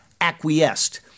acquiesced